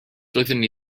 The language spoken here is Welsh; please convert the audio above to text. doeddwn